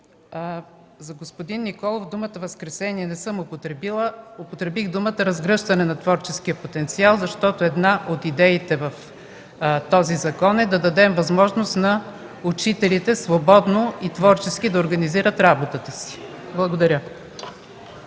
За господин Николов: не съм употребила думата „възкресение”. Употребих думите „разгръщане на творческия потенциал”, защото една от идеите в този закон е да дадем възможност на учителите свободно и творчески да организират работата си. Благодаря.